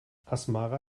asmara